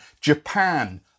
Japan